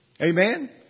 Amen